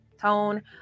tone